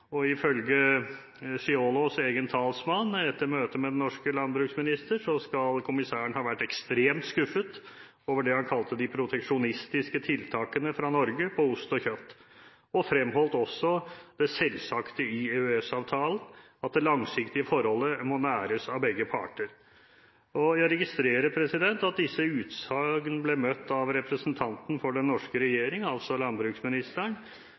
og ifølge Ciolos’ talsmann etter møtet med den norske landbruksministeren skal kommissæren ha vært ekstremt skuffet over det han kalte de proteksjonistiske tiltakene fra Norge på ost og kjøtt. Han fremholdt også det selvsagte i EØS-avtalen, at det langsiktige forholdet må næres av begge parter. Jeg registrerer at disse utsagn ble møtt av representanten for den norske regjering, altså landbruksministeren,